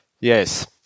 Yes